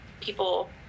people